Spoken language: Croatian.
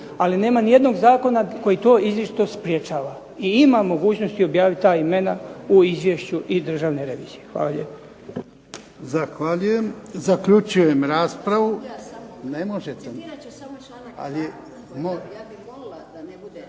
Ali nema ni jednog zakona koji to izričito sprječava i ima mogućnosti objaviti ta imena u izvješću i Državne revizije. Hvala lijepo.